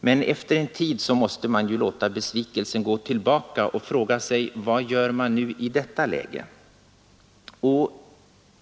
Men efter en tid måste man låta besvikelsen gå över och fråga sig: Vad gör man i detta läge?